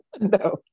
No